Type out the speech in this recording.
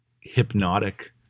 hypnotic